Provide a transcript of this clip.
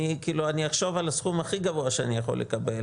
אני אחשוב על הסכום הכי גבוה שאני יכול לקבל